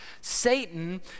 Satan